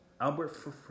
Albert